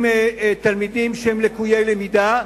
עם תלמידים לקויי למידה,